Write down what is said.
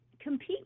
compete